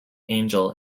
angel